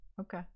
okay